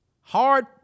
Hard